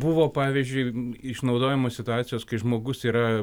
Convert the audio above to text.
buvo pavyzdžiui išnaudojamos situacijos kai žmogus yra